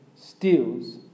steals